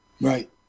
Right